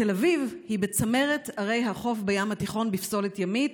תל אביב היא בצמרת ערי החוף בים התיכון בפסולת ימית,